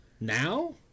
Now